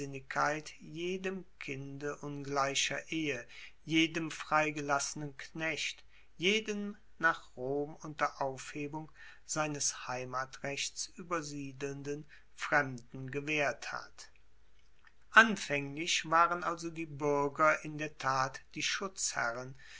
jedem kinde ungleicher ehe jedem freigelassenen knecht jedem nach rom unter aufgebung seines heimatrechts uebersiedelnden fremden gewaehrt hat anfaenglich waren also die buerger in der tat die schutzherren